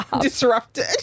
disrupted